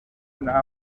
una